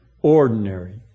ordinary